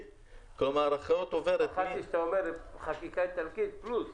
כך שהאחריות עוברת -- חשבתי שאתה אומר חקיקה איטלקית פלוס